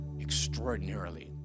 extraordinarily